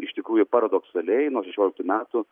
iš tikrųjų paradoksaliai nuo šešioliktų metų